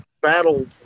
battle